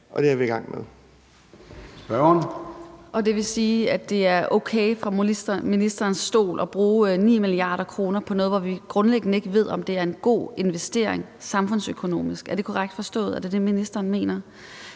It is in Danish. og det er vi i gang med.